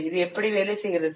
இது எப்படி வேலை செய்கிறது